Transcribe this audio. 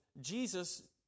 Jesus